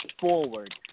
forward